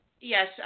Yes